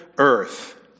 earth